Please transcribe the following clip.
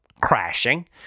crashing